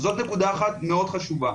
זאת נקודה אחת מאוד חשובה.